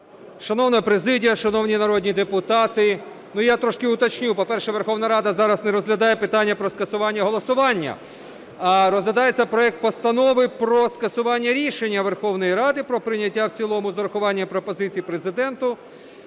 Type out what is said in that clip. Шановна президія, шановні народні депутати! Ну я трошки уточню. По-перше, Верховна Рада зараз не розглядає питання про скасування голосування. А розглядається проект Постанови про скасування рішення Верховної Ради про прийняття в цілому з урахуванням пропозицій Президента